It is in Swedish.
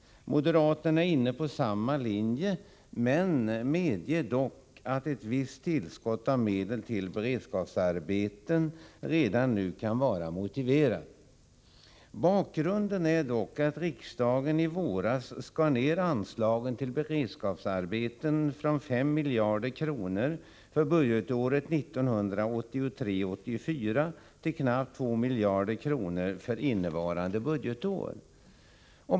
Moderaterna är inne på samma linje men medger dock att ett visst tillskott av medel till beredskapsarbeten redan nu kan vara motiverat. Bakgrunden är dock att riksdagen i våras skar ner anslagen till beredskaps arbeten från 5 miljarder kronor för budgetåret 1983/84 till knappt 2 miljarder kronor för innevarande budgetår.